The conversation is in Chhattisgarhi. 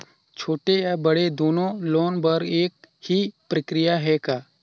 छोटे या बड़े दुनो लोन बर एक ही प्रक्रिया है का?